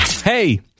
Hey